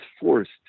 forced